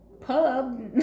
pub